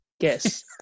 guess